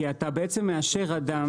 זה למעשה אתה מאשר אדם,